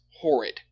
horrid